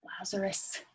Lazarus